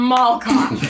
Malcolm